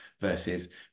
versus